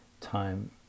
time